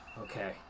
Okay